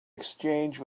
exchange